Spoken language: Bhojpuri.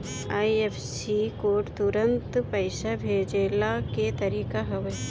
आई.एफ.एस.सी कोड तुरंत पईसा भेजला के तरीका हवे